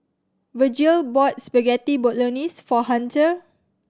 Virgil bought Spaghetti Bolognese for Hunter